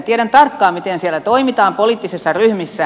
tiedän tarkkaan miten siellä toimitaan poliittisissa ryhmissä